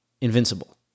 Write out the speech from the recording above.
invincible